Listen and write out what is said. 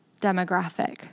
demographic